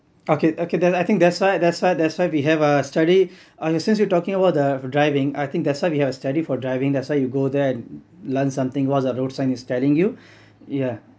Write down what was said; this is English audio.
okay okay then I think that's why that's why that's why we have a study uh since you are talking about the driving I think that's why we have to study for driving that's why you go there and learn something what the road sign is telling you yeah